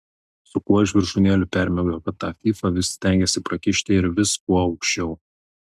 su kuo iš viršūnėlių permiegojo kad tą fyfą vis stengiasi prakišti ir vis kuo aukščiau